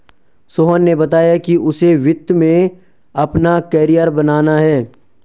सोहन ने बताया कि उसे वित्त में अपना कैरियर बनाना है